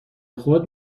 خود